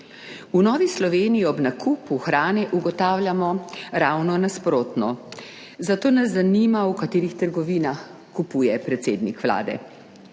V Novi Sloveniji ob nakupu hrane ugotavljamo ravno nasprotno, zato nas zanima, v katerih trgovinah kupuje predsednik Vlade?